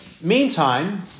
meantime